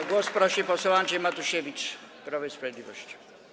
O głos prosi poseł Andrzej Matusiewicz, Prawo i Sprawiedliwość.